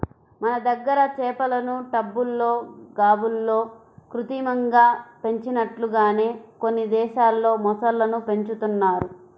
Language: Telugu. మన దగ్గర చేపలను టబ్బుల్లో, గాబుల్లో కృత్రిమంగా పెంచినట్లుగానే కొన్ని దేశాల్లో మొసళ్ళను పెంచుతున్నారు